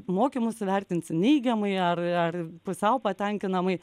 mokymus įvertinsi neigiamai ar ar pusiau patenkinamai